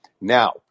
Now